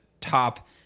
top